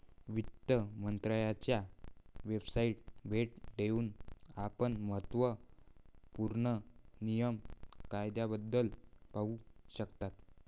वित्त मंत्रालयाच्या वेबसाइटला भेट देऊन आपण महत्त्व पूर्ण नियम कायद्याबद्दल पाहू शकता